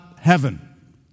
heaven